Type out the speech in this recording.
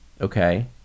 okay